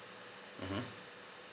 mmhmm